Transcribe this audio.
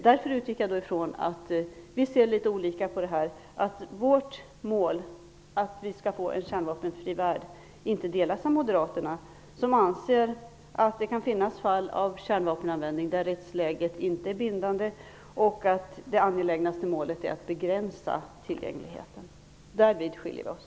Därför utgick jag ifrån att vi ser litet olika på det här, att vårt mål, en kärnvapenfri värld, inte delas av Moderaterna, som anser att det kan finnas fall av kärnvapenanvändning där rättsläget inte är bindande och att det angelägnaste målet är att begränsa tillgängligheten. Därvid skiljer vi oss.